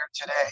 today